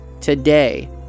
today